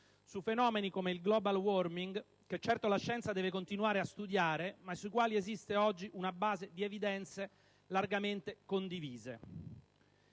su fenomeni come il *global warming*, che certo la scienza deve continuare a studiare, ma su cui esiste oggi una base di evidenze largamente condivise.